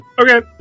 Okay